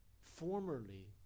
formerly